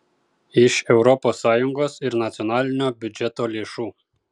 iš europos sąjungos ir nacionalinio biudžeto lėšų